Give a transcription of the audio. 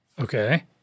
okay